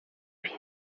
vida